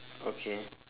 okay